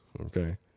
okay